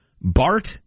BART